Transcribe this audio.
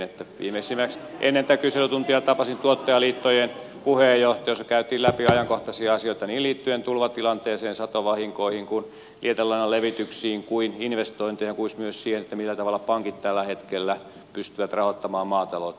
viimeisimmäksi ennen tätä kyselytuntia tapasin tuottajaliittojen puheenjohtajia ja tapaamisessa käytiin läpi ajankohtaisia asioita liittyen niin tulvatilanteeseen satovahinkoihin kuin lietelannan levityksiin investointeihin ja myös siihen millä tavalla pankit tällä hetkellä pystyvät rahoittamaan maataloutta